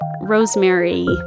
Rosemary